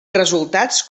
resultats